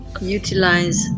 utilize